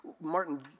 Martin